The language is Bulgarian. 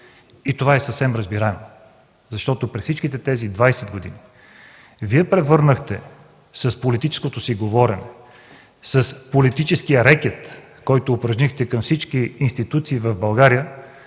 Това е съвсем разбираемо, защото през всичките тези 20 години с политическото си говорене, с политическия рекет, който упражнихте към всички институции в България,